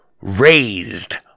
raised